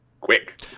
quick